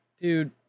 dude